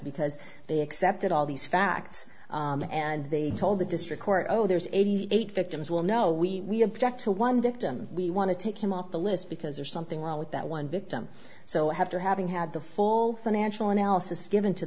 because they accepted all these facts and they told the district court oh there's eighty eight victims will know we project to one victim we want to take him off the list because there's something wrong with that one victim so i have to having had the full financial analysis given to